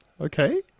okay